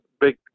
big